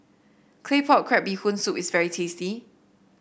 Claypot Crab Bee Hoon Soup is very tasty